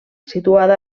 situada